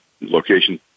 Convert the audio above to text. location